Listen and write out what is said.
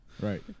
Right